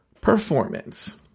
performance